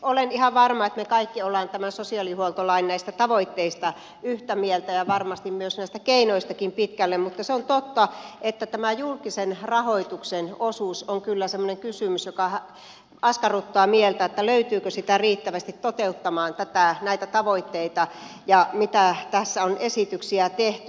olen ihan varma että me kaikki olemme tämän sosiaalihuoltolain tavoitteista yhtä mieltä ja varmasti myös näistä keinoistakin pitkälle mutta se on totta että tämä julkisen rahoituksen osuus on kyllä semmoinen kysymys joka askarruttaa mieltä että löytyykö sitä riittävästi toteuttamaan näitä tavoitteita ja esityksiä mitä tässä on tehty